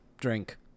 drink